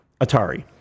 Atari